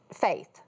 faith